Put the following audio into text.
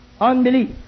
unbelief